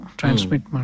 transmit